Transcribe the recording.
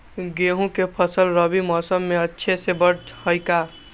गेंहू के फ़सल रबी मौसम में अच्छे से बढ़ हई का?